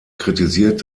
kritisiert